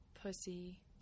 pussy